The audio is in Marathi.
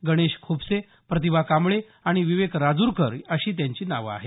गणेश खुपसे प्रतिभा कांबळे आणि विवेक राजूरकर अशी त्यांची नावं आहेत